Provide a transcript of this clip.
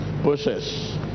Process